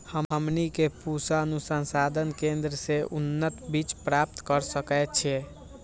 हमनी के पूसा अनुसंधान केंद्र से उन्नत बीज प्राप्त कर सकैछे?